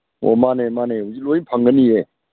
ꯑꯣ ꯃꯥꯅꯦ ꯃꯥꯅꯦ ꯍꯧꯖꯤꯛ ꯂꯣꯏ ꯐꯪꯒꯅꯤꯌꯦ